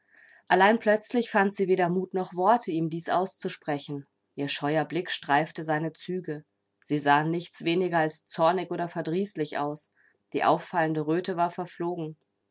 allein plötzlich fand sie weder mut noch worte ihm dies auszusprechen ihr scheuer blick streifte seine züge sie sahen nichts weniger als zornig oder verdrießlich aus die auffallende röte war verflogen